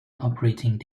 operating